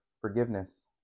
forgiveness